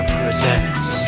presents